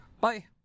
Bye